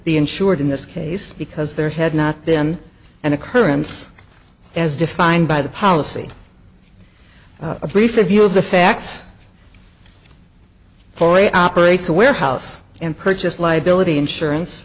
the insured in this case because there had not been an occurrence as defined by the policy brief a view of the facts for a operates a warehouse and purchased liability insurance